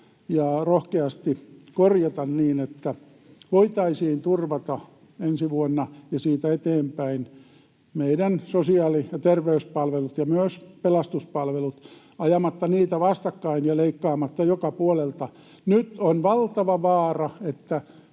rohkeasti korjata niin, että voitaisiin turvata ensi vuonna ja siitä eteenpäin meidän sosiaali- ja terveyspalvelut ja myös pelastuspalvelut ajamatta niitä vastakkain ja leikkaamatta joka puolelta. Nyt on valtava vaara,